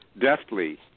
deftly